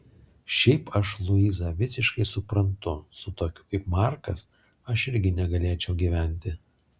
šiaip aš luizą visiškai suprantu su tokiu kaip markas aš irgi negalėčiau gyventi